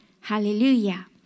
Hallelujah